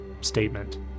statement